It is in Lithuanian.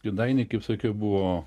kėdainiai kaip sakiau buvo